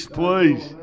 please